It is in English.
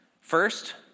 First